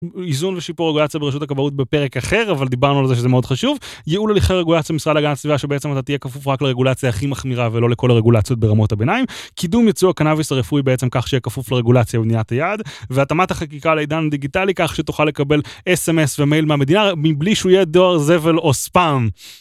איזון ושיפור רגולציה ברשות הכבאות בפרק אחר אבל דיברנו על זה שזה מאוד חשוב יעול הליכה רגולציה משרה להגנת הסביבה שבעצם אתה תהיה כפוף רק לרגולציה הכי מחמירה ולא לכל הרגולציות ברמות הביניים, קידום ייצוא הקנאביס הרפואי בעצם כך שיהיה כפוף לרגולציה במדינת היעד והתאמת החקיקה לעידן הדיגיטלי כך שתוכל לקבל SMS ומייל מהמדינה מבלי שהוא יהיה דואר זבל או ספאם.